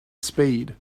speed